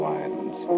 Wines